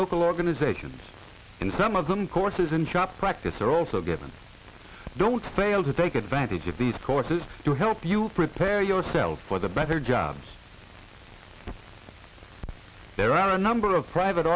local organizations in some of them courses in shop practice are also given don't fail to take advantage of these courses to help you prepare yourself for the better jobs there are a number of private